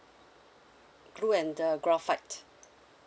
blue and the graphite